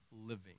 living